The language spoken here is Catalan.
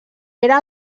era